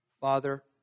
Father